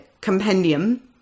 compendium